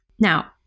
now